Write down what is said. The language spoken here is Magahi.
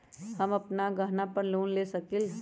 हम अपन गहना पर लोन ले सकील?